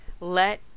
let